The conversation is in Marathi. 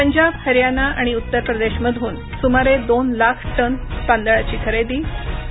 पंजाब हरयाना आणि उत्तरप्रदेशमधून सुमारे दोन लाख टनांहून जास्त तांदळाची खरेदी आणि